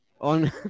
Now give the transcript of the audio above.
on